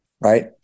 right